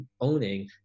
owning